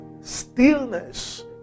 Stillness